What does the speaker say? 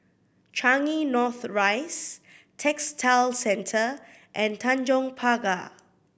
Changi North Rise Textile Centre and Tanjong Pagar